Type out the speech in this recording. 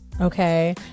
okay